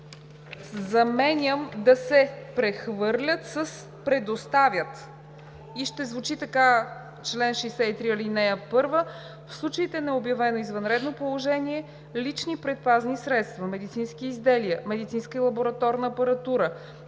Заменям „да се прехвърлят“ с „предоставят“ и чл. 63, ал. 1 ще звучи така: „В случаите на обявено извънредно положение лични предпазни средства, медицински изделия, медицинска и лабораторна апаратура,